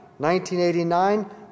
1989